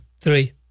Three